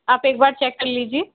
आप एक बार चेक कर लीजिए